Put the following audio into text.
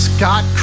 Scott